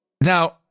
Now